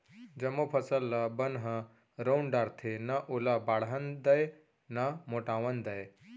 जमो फसल ल बन ह रउंद डारथे, न ओला बाढ़न दय न मोटावन दय